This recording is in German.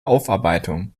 aufarbeitung